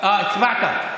אה, הצבעת.